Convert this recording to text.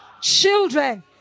children